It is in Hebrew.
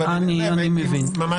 במה